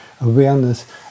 awareness